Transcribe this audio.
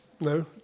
No